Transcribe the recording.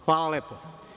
Hvala lepo.